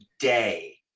Day